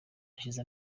hashize